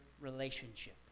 relationship